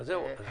אז זה דבר אחד,